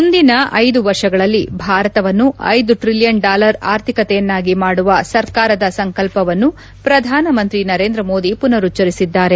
ಮುಂದಿನ ಐದು ವರ್ಷಗಳಲ್ಲಿ ಭಾರತವನ್ನು ಐದು ಟ್ರಲಿಯನ್ ಡಾಲರ್ ಆರ್ಥಿಕತೆಯನ್ನಾಗಿ ಮಾಡುವ ಸರ್ಕಾರದ ಸಂಕಲ್ಪವನ್ನು ಶ್ರಧಾನಮಂತ್ರಿ ನರೇಂದ್ರ ಮೋದಿ ಪುನರುಚ್ಲರಿಸಿದ್ದಾರೆ